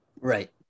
Right